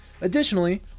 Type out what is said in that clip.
Additionally